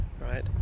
right